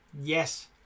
Yes